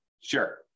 Sure